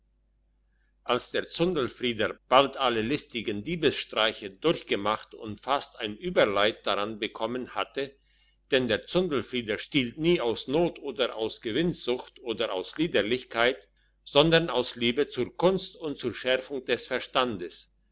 als der zundelfrieder bald alle listigen diebsstreiche durchgemacht und fast ein überleid daran bekommen hatte denn der zundelfrieder stiehlt nie aus not oder aus gewinnsucht oder aus liederlichkeit sondern aus liebe zur kunst und zur schärfung des verstandes